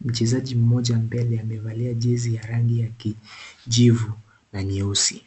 Mchezaji mmoja mbele amevalia jezi ya rangi ya kijivu, na nyeusi.